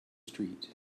street